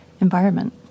environment